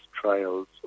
trials